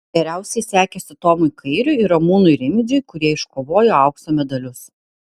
geriausiai sekėsi tomui kairiui ir ramūnui rimidžiui kurie iškovojo aukso medalius